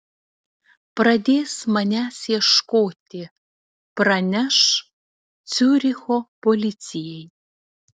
pradės manęs ieškoti praneš ciuricho policijai